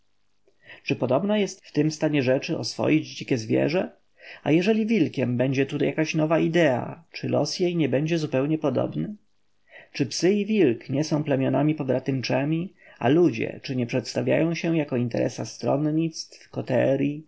czy podobna jest w tym stanie rzeczy oswoić dzikie zwierzę a jeżeli wilkiem będzie tu nowa jakaś idea czy los jej nie będzie zupełnie podobny czy psy i wilk nie są plemionami pobratymczemi a ludzie czy nie przedstawiają się jako interesa stronnictw koteryj